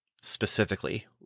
specifically